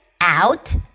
out